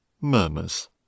murmurs